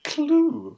clue